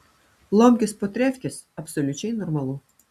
lomkės po trefkės absoliučiai normalu